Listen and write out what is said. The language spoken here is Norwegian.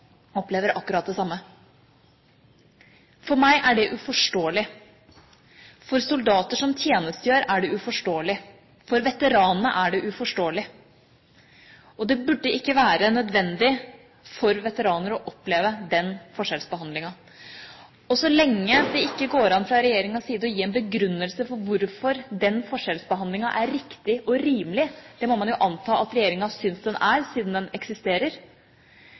opplever akkurat det samme. For meg er det uforståelig. For soldater som tjenestegjør, er det uforståelig. For veteranene er det uforståelig, og det burde ikke være nødvendig for veteraner å oppleve den forskjellsbehandlingen. Så lenge det ikke går an fra regjeringas side å gi en begrunnelse for hvorfor den forskjellsbehandlingen er riktig og rimelig – det må man jo anta at regjeringa syns den er, siden den eksisterer